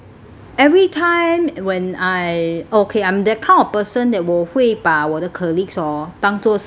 every time when I okay I'm the kind of person that 我会把我的 colleagues orh 当作是